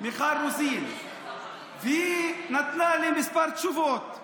מיכל רוזין, והיא נתנה לי כמה תשובות.